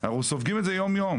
אנחנו סופגים את זה יום-יום.